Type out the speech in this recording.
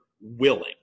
willing